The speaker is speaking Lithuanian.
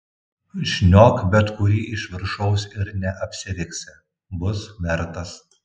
šniok bet kurį iš viršaus ir neapsiriksi bus vertas